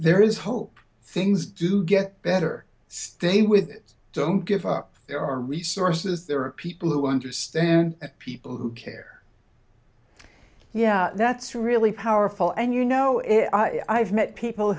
there is hope things do get better stay with it don't give up there are resources there are people who understand and people who care yeah that's really powerful and you know i've met people